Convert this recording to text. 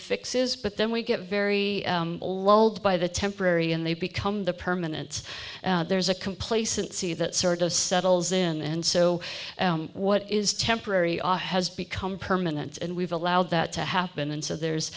fixes but then we get very old by the temporary and they become the permanent there's a complacency that sort of settles in and so what is temporary ah has become permanent and we've allowed that to happen and so there's